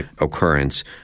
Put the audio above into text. occurrence